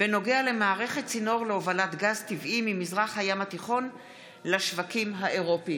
בנוגע למערכת צינור להובלת גז טבעי ממזרח הים התיכון לשווקים האירופיים.